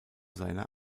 seiner